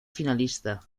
finalista